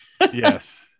Yes